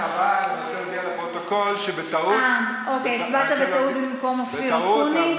אבל תוסיפי לפרוטוקול שבטעות הצבעתי ממקומו של אופיר אקוניס.